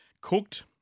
cooked